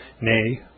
nay